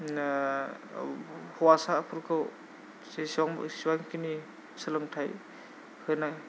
हौवासाफोरखौ जेसेबां एसेबांखिनि सोलोंथाइ होनाय